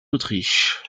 autriche